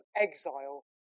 exile